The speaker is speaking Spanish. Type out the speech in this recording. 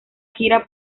gira